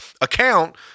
account